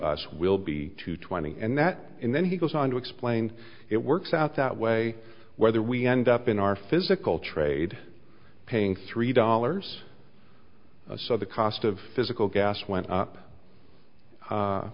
us will be to twenty and that and then he goes on to explain it works out that way whether we end up in our physical trade paying three dollars so the cost of physical gas went up